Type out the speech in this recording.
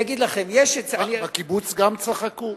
בקיבוץ גם צחקו.